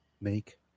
make